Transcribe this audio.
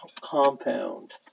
Compound